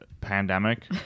pandemic